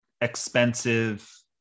expensive